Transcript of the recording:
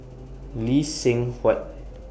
Lee Seng Huat